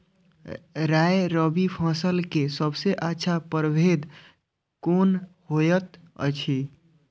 राय रबि फसल के सबसे अच्छा परभेद कोन होयत अछि?